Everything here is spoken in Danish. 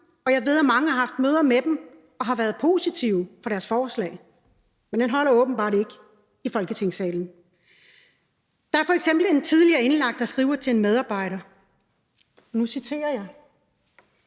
og jeg ved, at mange har haft møder med dem og har været positive over for deres forslag, men det holder åbenbart ikke i Folketingssalen. Der er f.eks. en tidligere indlagt, der skriver til en medarbejder, og nu citerer jeg: